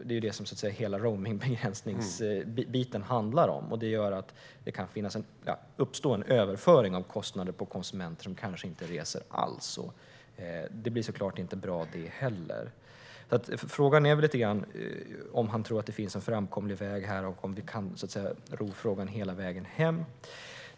Det är ju det som hela frågan om roamingbegränsning handlar om. Det gör att det kan uppstå en överföring av kostnader till konsumenter som kanske inte reser alls, och det blir såklart inte heller bra. Frågan är alltså om statsrådet tror att det finns en framkomlig väg här och om ni kan ro frågan hela vägen hem.